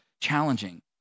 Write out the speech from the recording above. challenging